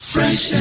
Fresh